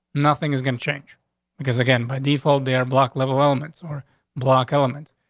nothing is gonna change because again, by default there, block level elements or block elements.